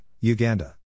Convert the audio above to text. Uganda